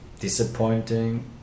disappointing